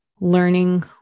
learning